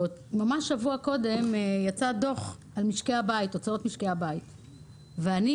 ממש שבוע קודם יצא דוח על הוצאות משקי הבית ואני